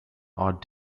are